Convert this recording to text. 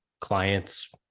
client's